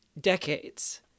decades